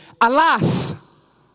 Alas